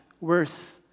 worth